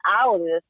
hours